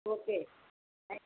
okay సరే